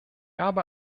habe